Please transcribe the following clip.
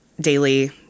daily